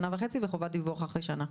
על שנה וחצי וחובת דיווח אחרי שנה.